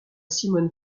simon